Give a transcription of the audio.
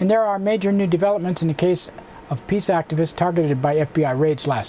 and there are major new developments in the case of peace activists targeted by f b i raids last